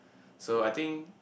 so I think